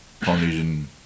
Polynesian